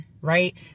right